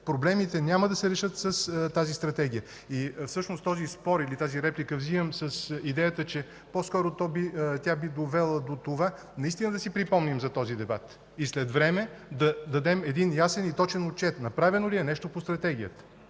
проблемите няма да се решат с тази Стратегия. Всъщност, този спор или тази реплика вземам с идеята, че по-скоро тя би довела до това наистина да си припомним за този дебат и след време да дадем един ясен и точен отчет направено ли е нещо по Стратегията.